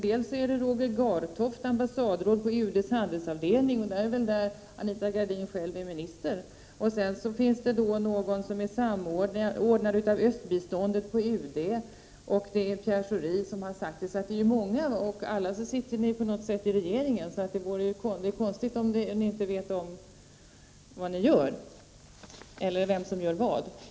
Det är Roger Gartoft, ambassadråd på UD:s handelsavdelning, där ju Anita Gradin själv är minister, det är någon som är samordnare av östbiståndet på UD och det är Pierre Schori — så det är många som har sagt det. Och alla hör ni på något sätt till regeringen, så det är konstigt om ni inte vet om vad ni gör, eller vem som gör vad.